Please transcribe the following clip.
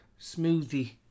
smoothie